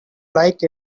like